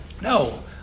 No